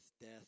death